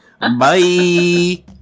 Bye